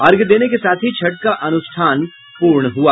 अर्घ्य देने के साथ ही छठ का अनुष्ठान पूर्ण हुआ